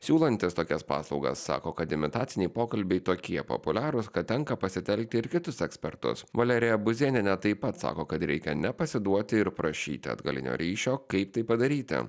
siūlantys tokias paslaugas sako kad imitaciniai pokalbiai tokie populiarūs kad tenka pasitelkti ir kitus ekspertus valerija buzėnienė taip pat sako kad reikia nepasiduoti ir prašyti atgalinio ryšio kaip tai padaryti